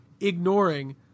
ignoring